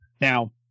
Now